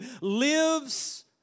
lives